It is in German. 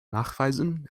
nachweisen